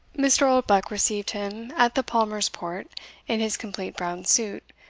mr. oldbuck received him at the palmer's-port in his complete brown suit,